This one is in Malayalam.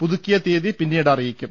പുതുക്കിയ തിയതി പിന്നീട് അറിയിക്കും